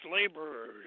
laborers